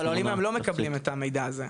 אבל אם הם לא מקבלים את המידע הזה,